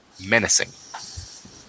menacing